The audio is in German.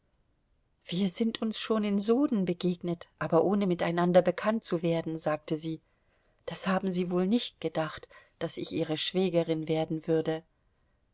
wir sind uns schon in soden begegnet aber ohne miteinander bekannt zu werden sagte sie das haben sie wohl nicht gedacht daß ich ihre schwägerin werden würde